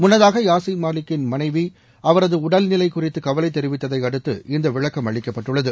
முன்னதூக யாசின் மாலிக்கின் மனைவி அவரது உடல்நிலை குறித்து கவலை தெரிவித்ததை அடுத்து இந்த விளக்கம் அளிக்கப்பட்டுள்ளது